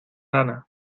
rana